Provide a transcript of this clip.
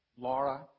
Laura